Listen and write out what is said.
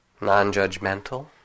Non-judgmental